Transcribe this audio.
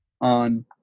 on